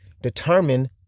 determine